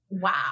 Wow